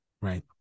Right